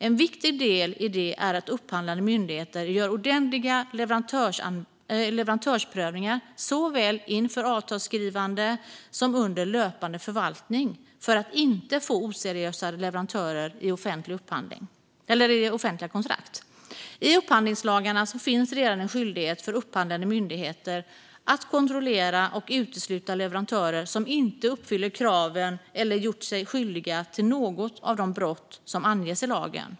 En viktig del i det är att upphandlande myndigheter gör ordentliga leverantörsprövningar såväl inför avtalsskrivande som under löpande förvaltning för att inte få oseriösa leverantörer i offentliga kontrakt. I upphandlingslagarna finns redan en skyldighet för upphandlande myndigheter att kontrollera och utesluta leverantörer som inte uppfyller kraven eller som gjort sig skyldiga till något av de brott som anges i lagen.